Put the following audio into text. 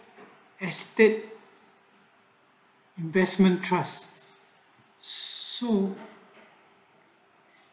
aesthetic investment cad so